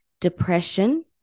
depression